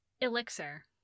elixir